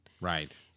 Right